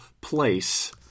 place